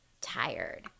tired